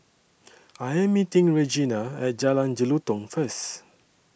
I Am meeting Regina At Jalan Jelutong First